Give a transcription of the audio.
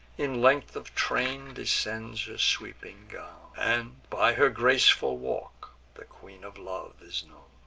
in length of train descends her sweeping gown and, by her graceful walk, the queen of love is known.